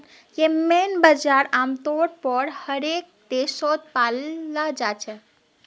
येम्मन बजार आमतौर पर हर एक देशत पाल जा छे